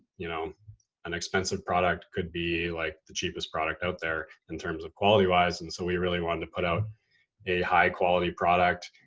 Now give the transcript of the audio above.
you know an expensive product could be like the cheapest product out there in terms of quality wise. and so we really wanted to put out a high quality product,